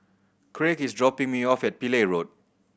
Craig is dropping me off at Pillai Road